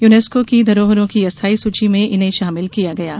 UNESCO की धरोहरों की अस्थायी सूची में इन्हें शामिल किया गया है